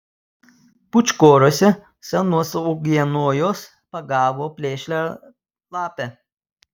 pūčkoriuose senuos uogienojuos pagavo plėšrią lapę